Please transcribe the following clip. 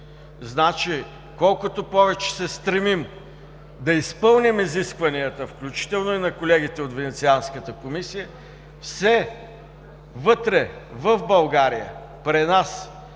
Значи, колкото повече се стремим да изпълним изискванията, включително и на колегите от Венецианската комисия, все вътре в България, при нас